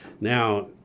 Now